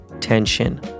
tension